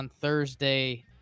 Thursday